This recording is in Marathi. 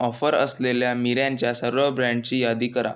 ऑफर असलेल्या मिऱ्यांच्या सर्व ब्रँडची यादी करा